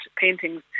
paintings